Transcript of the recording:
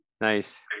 nice